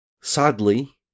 sadly